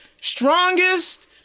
strongest